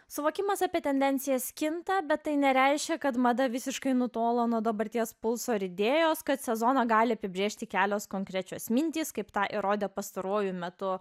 suvokimas apie tendencijas kinta bet tai nereiškia kad mada visiškai nutolo nuo dabarties pulso idėjos kad sezoną gali apibrėžti kelios konkrečios mintys kaip tą įrodė pastaruoju metu